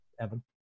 Evan